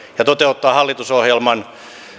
ja toteuttaa hallitusohjelman